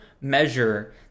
measure